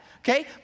okay